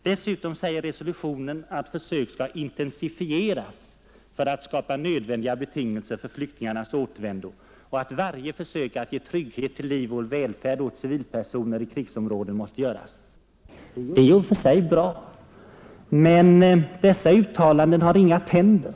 Dessutom säger resolutionen att försök skall intensifieras för att skapa nödvändiga betingelser för flyktingarnas återvändande och att varje försök att ge trygghet till liv och välfärd åt civilpersoner i krigsområden måste göras. Det är i och för sig bra. Men dessa uttalanden har inga tänder.